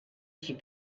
suis